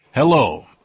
Hello